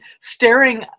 staring